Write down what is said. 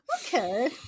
Okay